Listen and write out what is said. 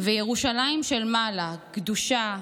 וירושלים של מעלה, קדושה,